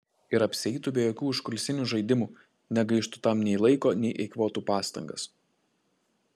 ir apsieitų be jokių užkulisinių žaidimų negaištų tam nei laiko nei eikvotų pastangas